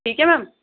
ٹھیک ہے میم